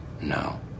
no